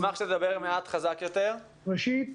ראשית,